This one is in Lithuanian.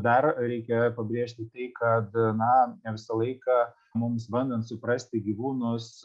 dar reikia pabrėžti tai kad na visą laiką mums bandant suprasti gyvūnus